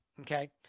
okay